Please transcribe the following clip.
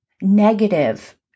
negative